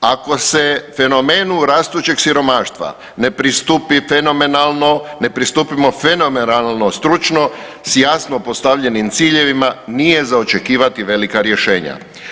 Ako se fenomenu rastućeg siromaštva ne pristupi fenomenalno, ne pristupimo fenomenalno i stručno s jasno postavljenim ciljevima nije za očekivati velika rješenja.